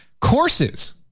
courses